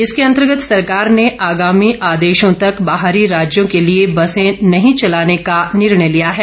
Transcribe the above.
इसके अंतर्गत सरकार ने आगामी आदेशों तक बाहरी राज्यों के लिए बसे नहीं चलाने का निर्णय लिया है